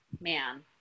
Man